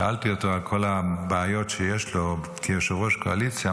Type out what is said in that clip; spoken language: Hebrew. שאלתי אותו על כל הבעיות שיש לו כיושב-ראש קואליציה.